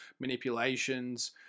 manipulations